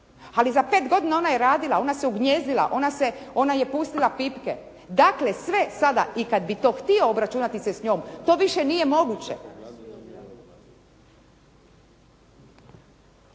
Ali za 5 godina ona je radila, ona se ugnijezdila, ona je pustila pipke. Dakle, sve sada i kad bi to htio obračunati se s njom to više nije moguće.